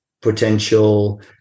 potential